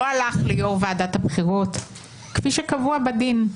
לא הלך ליושב ראש ועדת הבחירות כפי שקבוע בדין.